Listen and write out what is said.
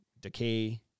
decay